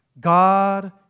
God